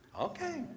Okay